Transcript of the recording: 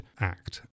act